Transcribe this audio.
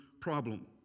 problem